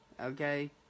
Okay